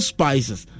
Spices